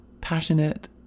passionate